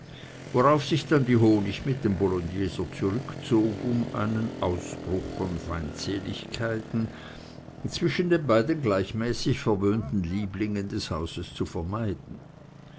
worauf sich dann die honig mit dem bologneser zurückzog um einen ausbruch von feindseligkeiten zwischen den beiden gleichmäßig verwöhnten lieblingen des hauses zu vermeiden